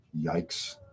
Yikes